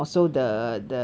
ya